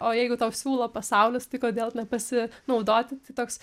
o jeigu tau siūlo pasaulis tai kodėl nepasinaudoti tai toks